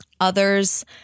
Others